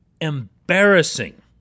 embarrassing